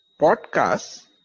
podcasts